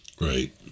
Right